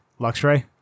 Luxray